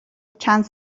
چند